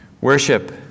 Worship